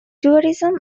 tourism